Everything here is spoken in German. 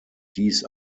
dies